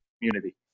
community